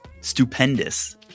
stupendous